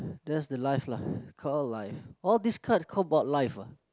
that's the life lah all life all these cards about life ah